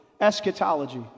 eschatology